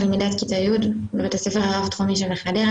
תלמידת כיתת י' בבית הספר הרב תחומי בחדרה,